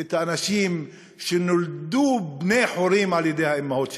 את האנשים שנולדו בני-חורין על-ידי האימהות שלהם.